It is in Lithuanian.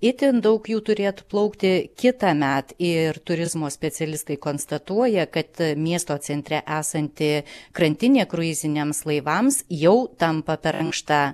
itin daug jų turėtų plaukti kitąmet ir turizmo specialistai konstatuoja kad miesto centre esanti krantinė kruiziniams laivams jau tampa per ankšta